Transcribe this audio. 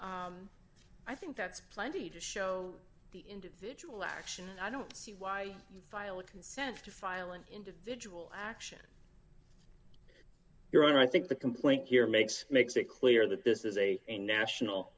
i think that's plenty to show the individual action and i don't see why you file a consent to file an individual action your honor i think the complaint here makes makes it clear that this is a national